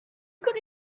could